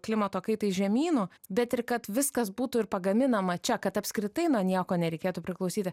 klimato kaitai žemynu bet ir kad viskas būtų ir pagaminama čia kad apskritai nuo nieko nereikėtų priklausyti